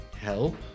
Help